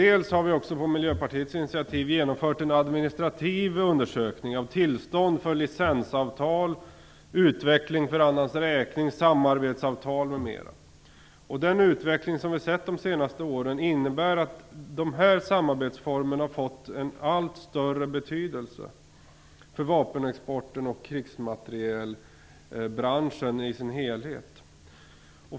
Vi har också på Miljöpartiets initiativ genomfört en administrativ undersökning av tillstånd för licensavtal, utveckling för annans räkning, samarbetsavtal m.m. Den utveckling som vi har sett de senaste åren innebär att dessa samarbetsformer har fått en allt större betydelse för vapenexporten och krigsmaterielbranschen i dess helhet.